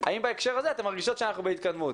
האם בהקשר הזה אתן מרגישות שאנחנו בהתקדמות.